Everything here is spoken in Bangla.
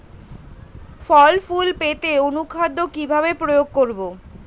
ফুল ফল পেতে অনুখাদ্য কিভাবে প্রয়োগ করব?